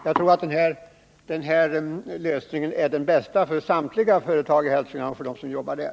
Jag tror att den här lösningen är den bästa för samtliga företag i Hälsingland och för dem som jobbar där.